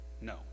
No